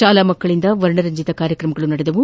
ಶಾಲಾ ಮಕ್ಕಳಿಂದ ವರ್ಣರಂಜಿತ ಕಾರ್ಯಕ್ರಮಗಳು ನಡೆದವು